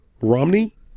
Romney